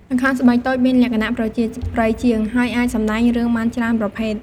ល្ខោនស្បែកតូចមានលក្ខណៈប្រជាប្រិយជាង ហើយអាចសម្តែងរឿងបានច្រើនប្រភេទ ។